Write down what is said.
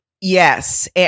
Yes